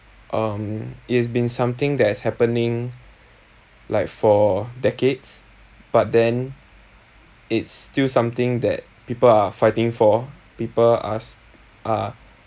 um it's been something that is happening like for decades but then it's still something that people are fighting for people ask are